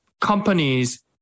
companies